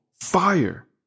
fire